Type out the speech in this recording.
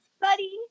Buddy